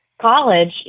college